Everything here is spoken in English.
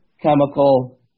chemical